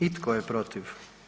I tko je protiv?